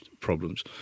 problems